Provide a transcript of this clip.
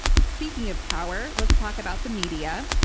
speaking of power, let's talk about the media.